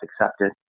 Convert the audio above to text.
accepted